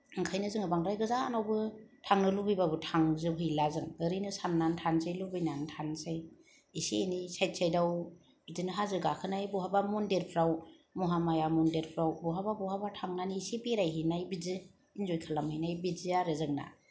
ओंखायनो जोङो बांद्राय गोजानावबो थांनो लुगैबाबो थांजोबहैला जों ओरैनो साननै थानोसै लुगैनानै थानोसै इसे एनै सायड सायड आव बिदिनो हाजो गाखोनाय बहाबा मन्दिरफ्राव महामाया मन्दिरफ्राव बहाबा बहाबा थांनानै इसे बेरायहैनाय बिदि इन्जय खालामहैनाय बिदि आरो जोंना